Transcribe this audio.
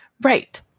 Right